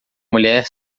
mulher